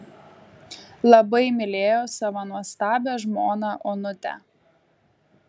labai mylėjo savo nuostabią žmoną onutę